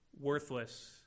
worthless